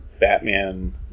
Batman